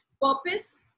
purpose